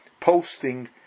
posting